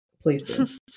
please